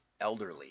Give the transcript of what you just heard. elderly